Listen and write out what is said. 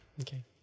Okay